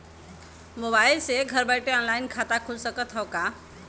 Mobile से घर बैठे ऑनलाइन खाता खुल सकत हव का?